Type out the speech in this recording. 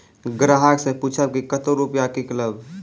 ग्राहक से पूछब की कतो रुपिया किकलेब?